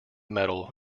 medal